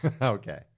Okay